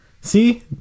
See